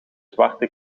zwarte